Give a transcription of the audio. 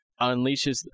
unleashes